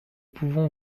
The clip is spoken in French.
pouvons